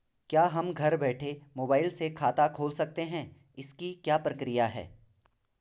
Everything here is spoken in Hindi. क्या हम घर बैठे मोबाइल से खाता खोल सकते हैं इसकी क्या प्रक्रिया है?